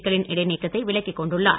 க்களின் இடைநீக்கத்தை விலக்கிக் கொண்டுள்ளார்